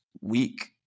week